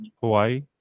Hawaii